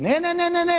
Ne, ne, ne.